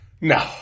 No